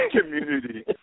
community